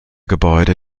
gebäude